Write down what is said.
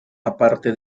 aparte